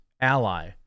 Ally